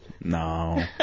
No